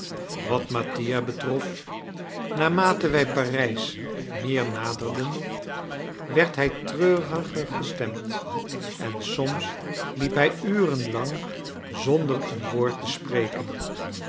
wat mattia betrof naarmate wij parijs meer naderden werd hij treuriger gestemd en soms liep hij uren lang zonder een woord te spreken